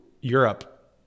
Europe